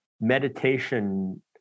meditation